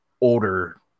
older